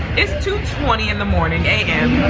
it's two twenty in the morning a a m.